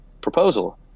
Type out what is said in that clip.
proposal